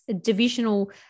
divisional